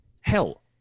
hell